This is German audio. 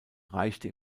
reichte